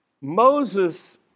Moses